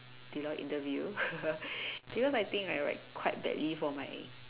Deloitte interview because I think I write quite badly for my